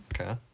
okay